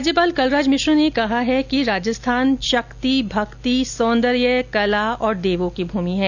राज्यपाल कलराज मिश्र ने कहा है कि राजस्थान शक्ति भक्ति सौंदर्य कला और देवों की भूमि है